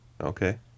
Okay